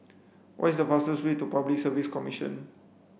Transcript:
what is the fastest way to Public Service Commission